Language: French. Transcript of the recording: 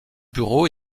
bureau